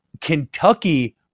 Kentucky